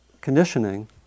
conditioning